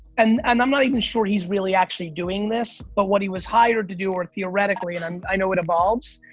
and and i'm not even sure he's really, actually doing this, but what he was hired to do, or theoretically, and i know it evolves,